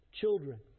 Children